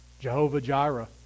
Jehovah-Jireh